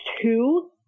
two